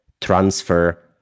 transfer